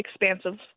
expansive